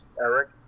Eric